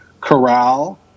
corral